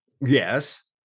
Yes